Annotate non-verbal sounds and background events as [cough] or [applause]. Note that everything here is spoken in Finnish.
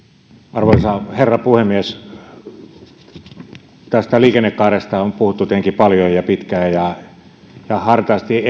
arvoisa herra puhemies tästä liikennekaaresta on puhuttu tietenkin paljon ja pitkään ja ja hartaasti [unintelligible]